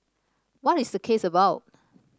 what is the case about